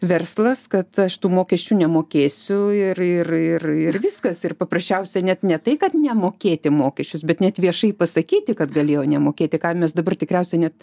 verslas kad aš tų mokesčių nemokėsiu ir ir ir ir viskas ir paprasčiausiai net ne tai kad nemokėti mokesčius bet net viešai pasakyti kad galėjo nemokėti ką mes dabar tikriausiai net